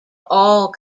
all